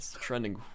trending